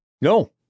No